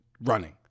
running